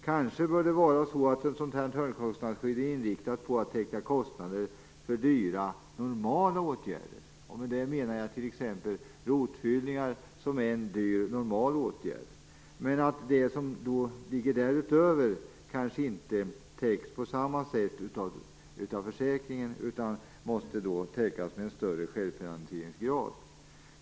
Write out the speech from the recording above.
Kanske bör högkostnadsskyddet vara inriktat på att täcka kostnader för dyra normala åtgärder, t.ex. rotfyllningar. Kostnader därutöver bör kanske inte täckas av försäkringen, utan det blir då aktuellt med en större självfinansieringsgrad.